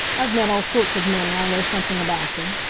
i've met all sorts of men and i know something about them.